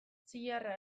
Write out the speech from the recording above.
zilarra